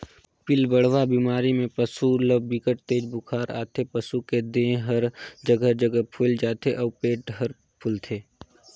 पिलबढ़वा बेमारी म पसू ल बिकट तेज बुखार आथे, पसू के देह हर जघा जघा फुईल जाथे अउ पेट हर फूलथे